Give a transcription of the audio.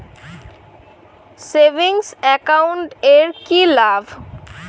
Savings account এর কি লাভ?